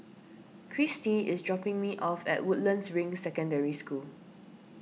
Cristi is dropping me off at Woodlands Ring Secondary School